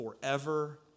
forever